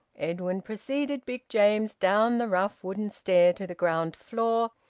edwin preceded big james down the rough wooden stair to the ground floor,